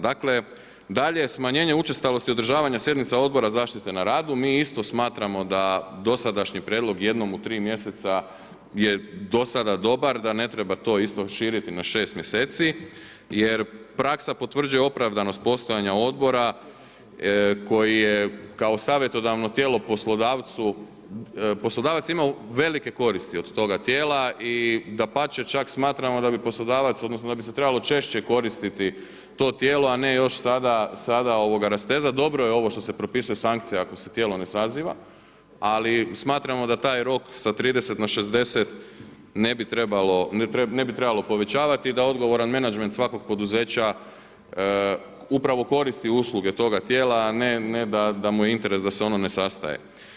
Dakle dalje smanjenje učestalosti održavanja sjednica Odbora zaštite na radu, mi isto smatramo da dosadašnji prijedlog jednom u tri mjeseca je do sada dobar, da ne treba to isto širiti na 6 mjeseci jer praksa potvrđuje opravdanost postojanja odbora koji je kao savjetodavno tijelo poslodavcu, poslodavac ima velike koristi od toga tijela i dapače, čak smatramo da bi poslodavaca, odnosno da bi se trebalo češće koristiti to tijelo, a ne još sada rastezat, dobro je ovo što se propisuje sankcija ako se tijelo ne saziva, ali smatramo da taj rok sa 30 na 60 ne bi trebalo povećavati, da odgovaran menadžment svakog poduzeća upravo koristi uslugu toga tijela, a ne da mu je interes da se ono ne sastaje.